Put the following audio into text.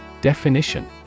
Definition